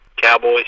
Cowboys